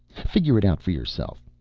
figure it out for yourself.